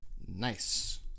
Nice